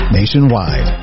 nationwide